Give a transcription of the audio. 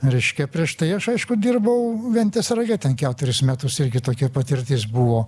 reiškia prieš tai aš aišku dirbau ventės rage ten keturis metus irgi tokia patirtis buvo